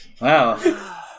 Wow